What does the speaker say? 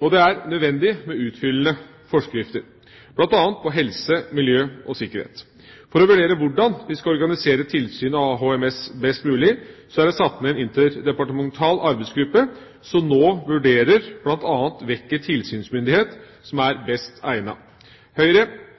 og det er nødvendig med utfyllende forskrifter, bl.a. når det gjelder helse, miljø og sikkerhet. For å vurdere hvordan vi skal organisere tilsynet av HMS best mulig, er det satt ned en interdepartemental arbeidsgruppe som nå vurderer bl.a. hvilken tilsynsmyndighet som er best egnet. Høyre,